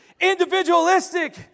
individualistic